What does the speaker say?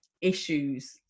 issues